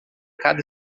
cada